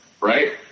right